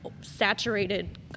saturated